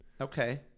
Okay